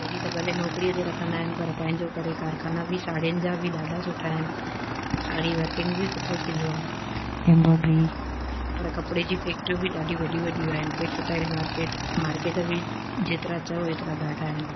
पहिरीं त भले नौकिरीअ ते रखंदा आहिनि पर पंहिंजो करे कारखाना बि साड़ीयुनि जा बि ॾाढा सुठा आहिनि साड़ी वर्किंग बि सुठो थींदो आहे एंब्रॉडरी पर कपिड़े जी फैक्टरियूं बि ॾाढी वॾियूं वॾियूं आहिनि हिते टेक्स्टाइल मार्केट मार्केट बि जेतिरा चओ एतिरा ॾाढा आहिनि